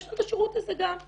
יש לנו את השירות הזה גם-